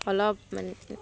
অলপ মানে